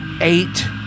eight